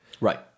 Right